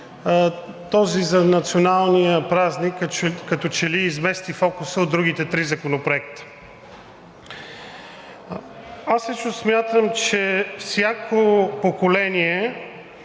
Този за националния празник като че ли измести фокуса от другите три законопроекта. Аз лично смятам, че всяко поколение